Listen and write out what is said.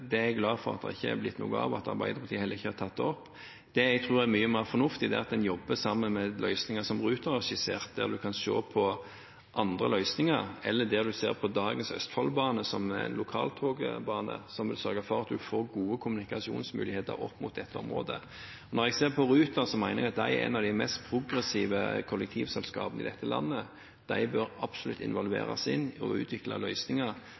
at Arbeiderpartiet heller ikke har tatt det opp. Det jeg tror er mye mer fornuftig, er at en jobber sammen om løsninger som Ruter har skissert, der en kan se på andre løsninger, eller at en ser på dagens Østfoldbane som en lokaltogbane, som vil sørge for at en får gode kommunikasjonsmuligheter i dette området. Når jeg ser på Ruter, mener jeg det er et av de mest progressive kollektivselskapene i dette landet. De bør absolutt involveres for å utvikle løsninger